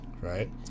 right